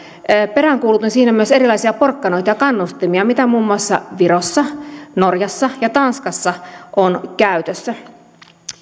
peräänkuulutin siinä myös erilaisia porkkanoita ja kannustimia mitä muun muassa virossa norjassa ja tanskassa on käytössä